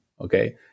okay